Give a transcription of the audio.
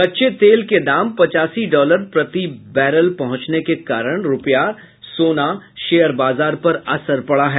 कच्चे तेल के दाम पच्चासी डॉलर प्रति बैलर पहंचने के कारण रूपया सोना शेयर बाजार पर असर पड़ा है